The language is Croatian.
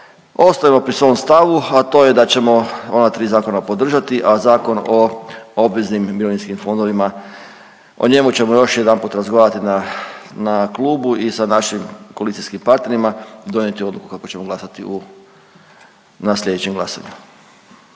ostajemo pri svom stavu, a to je da ćemo ona tri zakona podržati, a Zakon o obveznim mirovinskim fondovima, o njemu ćemo još jedanput razgovarati na, na klubu i sa našim koalicijskim partnerima donijeti odluku kako ćemo glasati u na slijedećem glasanju.